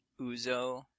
Uzo